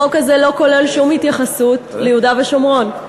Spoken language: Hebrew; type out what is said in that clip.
החוק הזה לא כולל שום התייחסות ליהודה ושומרון,